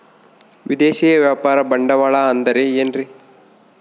ವಿದೇಶಿಯ ವ್ಯಾಪಾರ ಬಂಡವಾಳ ಅಂದರೆ ಏನ್ರಿ?